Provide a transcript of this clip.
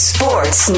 Sports